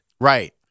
Right